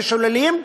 ששוללים,